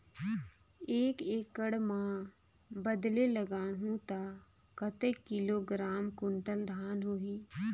एक एकड़ मां बदले लगाहु ता कतेक किलोग्राम कुंटल धान होही?